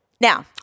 Now